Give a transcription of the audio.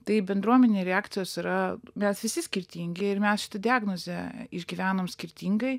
tai bendruomenėj reakcijos yra mes visi skirtingi ir mes šitą diagnozę išgyvenam skirtingai